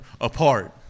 apart